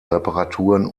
reparaturen